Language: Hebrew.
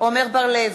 עמר בר-לב,